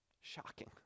Shocking